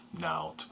now